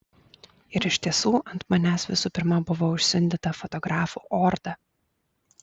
ir iš tiesų ant manęs visų pirma buvo užsiundyta fotografų orda